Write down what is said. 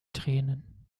tränen